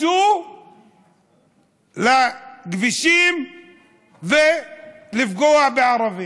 צאו לכבישים לפגוע בערבים.